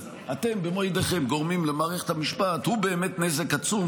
אתם במו ידיכם גורמים למערכת המשפט הוא באמת נזק עצום.